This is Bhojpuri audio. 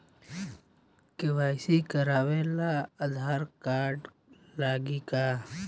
के.वाइ.सी करावे ला आधार कार्ड लागी का?